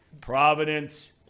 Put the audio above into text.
Providence